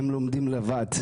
הם לומדים לבד.